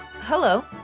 hello